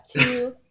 two